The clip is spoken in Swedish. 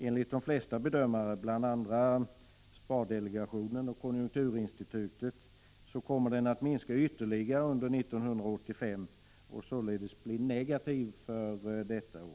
Enligt de flesta bedömare, bl.a. spardelegationen 17 december 1985 och konjunkturinstitutet, kommer den att minska ytterligare under 1985o0ch ZH 5 rr Andringar i allemanssåledes bli negativ för detta år.